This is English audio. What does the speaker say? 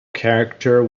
character